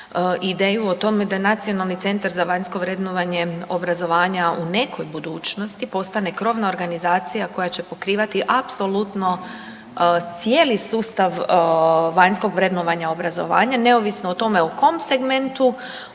ideju o tome Nacionalni centra za vanjsko vrednovanje obrazovanja u nekoj budućnosti postane krovna organizacija koja će pokrivati apsolutno cijeli sustav vanjskog vrednovanja obrazovanja neovisno o tome o kom segmentu